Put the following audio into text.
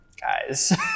guys